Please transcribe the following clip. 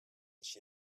she